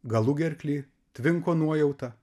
galugerkly tvinko nuojauta